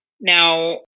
now